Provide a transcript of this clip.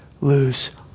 lose